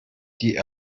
die